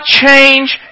change